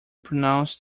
pronounce